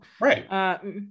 Right